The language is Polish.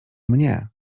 mnie